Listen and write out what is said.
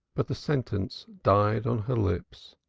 but the sentence died on her lips.